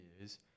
years